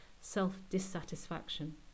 self-dissatisfaction